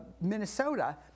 Minnesota